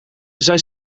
zij